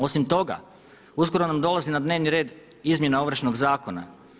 Osim toga uskoro nam dolazi na dnevni red izmjena Ovršnog zakona.